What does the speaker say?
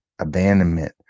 abandonment